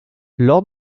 lors